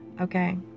okay